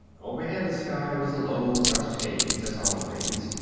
overhead the sky was a low dust haze, as always.